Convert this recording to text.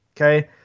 Okay